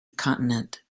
continent